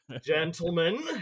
gentlemen